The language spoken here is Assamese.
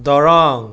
দৰং